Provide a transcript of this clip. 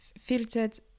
filtered